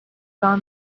saw